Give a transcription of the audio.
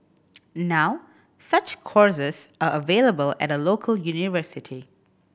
now such courses are available at a local university